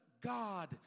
God